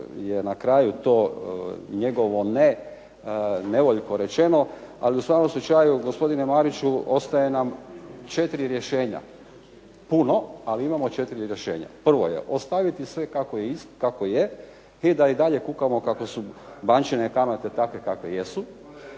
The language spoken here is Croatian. na kraju to njegovo nevoljko rečeno ali u svakom slučaju gospodine Mariću ostaje nam četiri rješenja. Puno ali imamo četiri rješenja. Prvo je ostaviti sve kako je i da i dalje kukamo kako su bančine kamate takve kakve jesu.